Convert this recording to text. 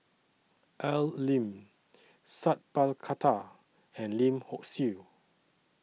Al Lim Sat Pal Khattar and Lim Hock Siew